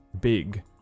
big